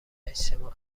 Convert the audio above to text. اجتماع